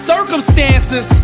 Circumstances